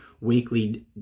weekly